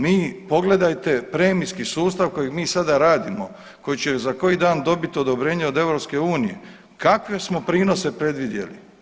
Mi pogledajte premijski sustav kojeg mi sada radimo, koji će za koji dan dobiti odobrenje od EU, kakve smo prinose predvidjeli?